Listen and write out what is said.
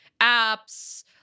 apps